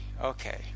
okay